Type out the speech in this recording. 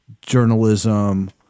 journalism